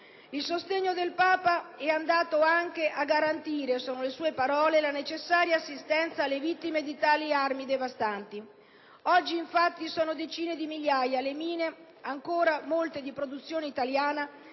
Il sostegno del Papa è andato anche a «garantire» - sono le sue parole - «la necessaria assistenza alle vittime di tali armi devastanti». Oggi infatti, sono ancora decine di migliaia le mine, molte delle quali anche di produzione italiana,